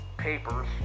papers